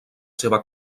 seva